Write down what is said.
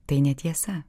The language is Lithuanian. tai netiesa